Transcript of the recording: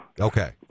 Okay